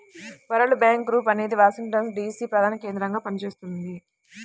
world bank group అనేది Washington DC ప్రధానకేంద్రంగా పనిచేస్తున్నది